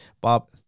Bob